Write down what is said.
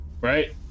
Right